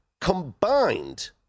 combined